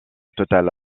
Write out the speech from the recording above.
totale